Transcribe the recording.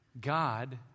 God